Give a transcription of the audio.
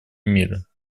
мира